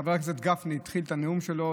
חבר הכנסת גפני התחיל את הנאום שלו,